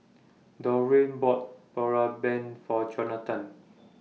Dorene bought Boribap For Jonathon